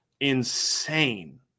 insane